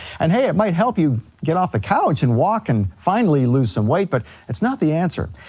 and hey, it might help you get off the couch and walk, and finally lose some weight, but it's not the answer.